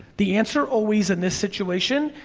the answer always in this situation,